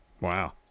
Wow